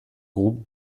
groupe